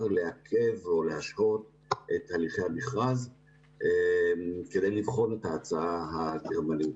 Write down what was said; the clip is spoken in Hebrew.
לעכב או להשהות את הליכי המכרז כדי לבחון את ההצעה הגרמנית.